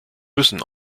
müssen